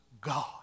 God